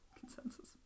consensus